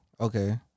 Okay